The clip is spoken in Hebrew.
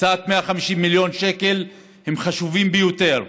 הקצאת 150 מיליון שקל היא חשובה ביותר.